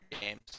games